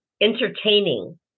entertaining